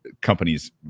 companies